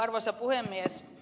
arvoisa puhemies